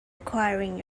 acquiring